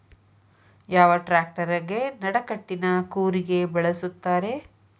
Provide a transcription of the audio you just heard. ಯಾವ ಟ್ರ್ಯಾಕ್ಟರಗೆ ನಡಕಟ್ಟಿನ ಕೂರಿಗೆ ಬಳಸುತ್ತಾರೆ?